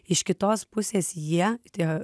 iš kitos pusės jie tie